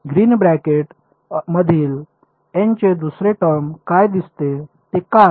green bracket मधील N चे दुसरे टर्म काय दिसते ते काय